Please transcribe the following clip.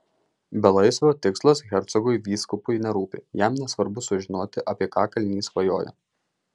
belaisvio tikslas hercogui vyskupui nerūpi jam nesvarbu sužinoti apie ką kalinys svajoja